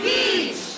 Beach